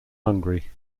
hungry